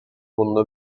bunda